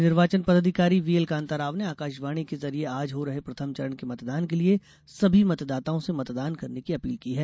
मुख्य निर्वाचन पदाधिकारी वीएल कांताराव ने आकाशवाणी के जरिए आज हो रहे प्रथम चरण के मतदान के लिए सभी मतदाताओं से मतदान करने की अपील की है